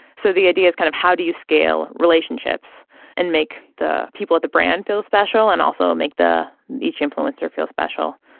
so the idea is kind of how do you scale relationships and make the people of the brand feel special and also make the each influencer feel special.